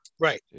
right